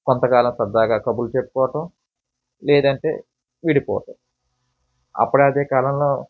కొంతకాలం సరదాగా కబుర్లు చెప్పుకోవటం లేదంటే విడిపోవడం అప్పుడు అదే కాలంలో